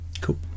Cool